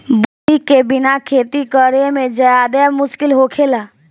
बुनी के बिना खेती करेमे ज्यादे मुस्किल होखेला